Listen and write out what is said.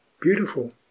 beautiful